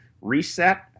Reset